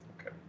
okay